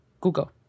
Google